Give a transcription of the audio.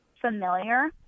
familiar